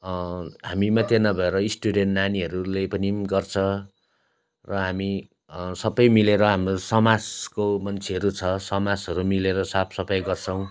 हामी मात्रै नभएर स्टुडेन्ट नानीहरूले पनि पो गर्छ र हामी सबै मिलेर हाम्रो समाजको मान्छेहरू छ समाजहरू मिलेर साफसफाइ गर्छौँ